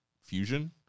fusion